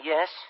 Yes